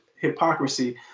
hypocrisy